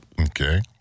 Okay